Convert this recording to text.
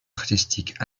artistique